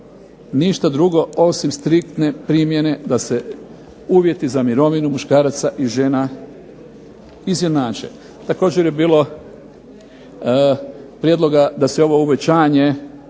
ništa drugo osim striktne primjene da se uvjete za mirovinu muškaraca i žena izjednače. Također je bilo prijedloga da se ovo uvećanje